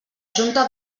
junta